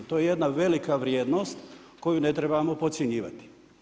To je jedna velika vrijednost koju ne trebamo podcjenjivati.